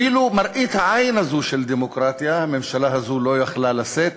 אפילו את מראית העין הזאת של דמוקרטיה הממשלה הזאת לא יכלה לשאת,